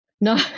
No